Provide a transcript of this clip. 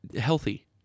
healthy